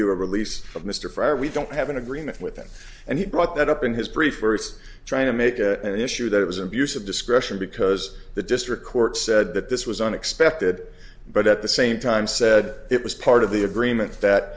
you a release of mr fry we don't have an agreement with that and he brought that up in his brief first trying to make an issue that it was an abuse of discretion because the district court said that this was unexpected but at the same time said it was part of the agreement that